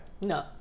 no